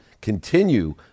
continue